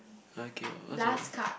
ah K what's your